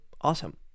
awesome